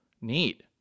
Neat